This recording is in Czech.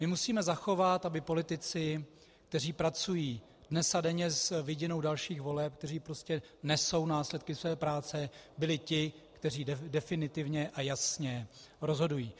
My musíme zachovat, aby politici, kteří pracují dnes a denně s vidinou dalších voleb, kteří prostě nesou následky své práce, byli ti, kteří definitivně a jasně rozhodují.